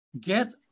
get